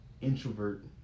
Introvert